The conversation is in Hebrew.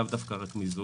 לאו דווקא רק מיזוג,